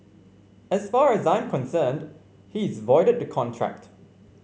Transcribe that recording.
as far as I'm concerned he is voided the contract